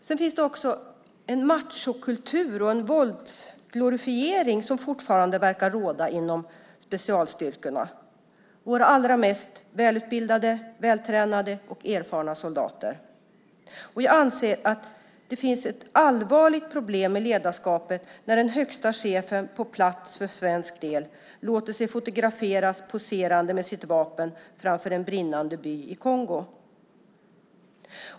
Det andra området är den machokultur och våldsglorifiering som fortfarande verkar råda i specialstyrkorna - våra allra mest välutbildade, vältränade och erfarna soldater. Jag anser att det finns ett allvarligt problem med ledarskapet när den högsta chefen på plats för svensk del låter sig fotograferas poserande med sitt vapen framför en brinnande by i Kongo.